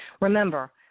remember